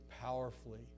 powerfully